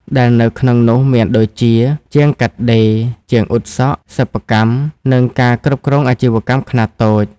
ដែលនៅក្នុងនោះមានដូចជា ជាងកាត់ដេរ ជាងអ៊ុតសក់ សិប្បកម្ម និងការគ្រប់គ្រងអាជីវកម្មខ្នាតតូច។